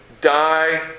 die